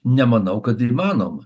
nemanau kad įmanoma